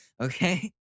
Okay